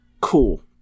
cool